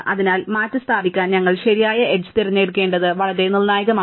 അതിനാൽ മാറ്റിസ്ഥാപിക്കാൻ ഞങ്ങൾ ശരിയായ എഡ്ജ് തിരഞ്ഞെടുക്കേണ്ടത് വളരെ നിർണായകമാണ്